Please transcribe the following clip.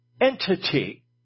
entity